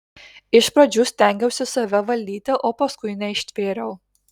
iš pradžių stengiausi save valdyti o paskui neištvėriau